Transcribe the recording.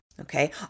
Okay